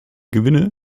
gewinne